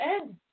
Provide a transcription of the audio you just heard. end